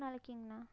மூணு நாளைக்குங்ண்ணா